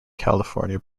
california